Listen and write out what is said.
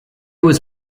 was